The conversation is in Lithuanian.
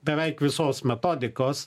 beveik visos metodikos